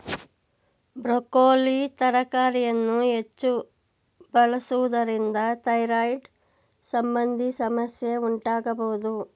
broccoli ತರಕಾರಿಯನ್ನು ಹೆಚ್ಚು ಬಳಸುವುದರಿಂದ ಥೈರಾಯ್ಡ್ ಸಂಬಂಧಿ ಸಮಸ್ಯೆ ಉಂಟಾಗಬೋದು